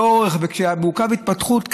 ומעוכב התפתחות,